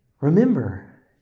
Remember